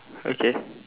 okay